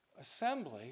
assembly